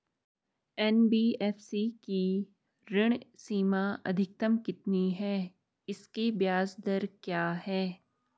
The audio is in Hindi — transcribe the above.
एन.बी.एफ.सी की ऋण सीमा अधिकतम कितनी है इसकी ब्याज दर क्या है?